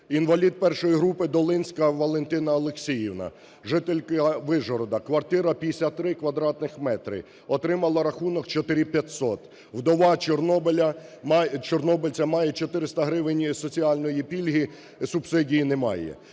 Інвалід І групиДолинська Валентина Олексіївна, жителька Вишгорода, квартира 53 квадратних метри. Отримала рахунок 4,500, вдова чорнобильця, має 400 гривень соціальної пільги, субсидії немає.